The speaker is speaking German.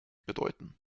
bedeuten